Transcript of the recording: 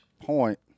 point